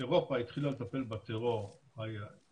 אירופה התחילה לטפל בטרור האיסלמי